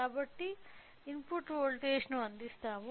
కాబట్టి ఇన్పుట్ వోల్టేజ్ను అందిస్తాను